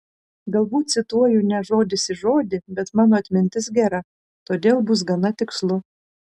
galbūt cituoju ne žodis į žodį bet mano atmintis gera todėl bus gana tikslu